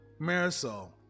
Marisol